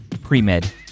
Pre-Med